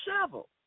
shovel